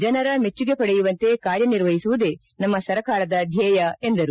ಜನರ ಮೆಚ್ಚುಗೆ ಪಡೆಯುವಂತೆ ಕಾರ್ಯ ನಿರ್ವಹಿಸುವುದೇ ಸರ್ಕಾರದ ಧ್ಯೇಯ ಎಂದರು